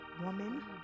woman